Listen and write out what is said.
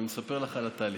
אני מספר לך על התהליך.